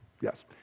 Yes